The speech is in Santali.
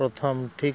ᱯᱨᱚᱛᱷᱚᱢ ᱴᱷᱤᱠ